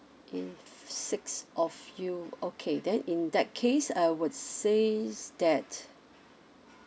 if six of you okay then in that case I would says that